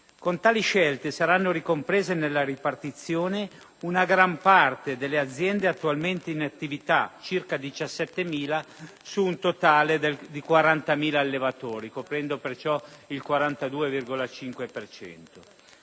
Con tali scelte saranno ricomprese nella ripartizione una parte rilevante delle aziende attualmente in attività, pari a circa 17.000 su un totale di circa 40.000 allevatori, coprendo perciò il 42,5